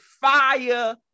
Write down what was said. fire